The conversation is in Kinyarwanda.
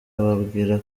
ababwira